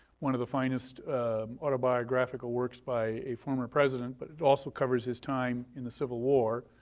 one of the finest autobiographical works by a former president, but it also covers his time in the civil war.